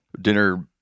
dinner